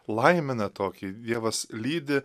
laimina tokį dievas lydi